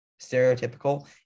stereotypical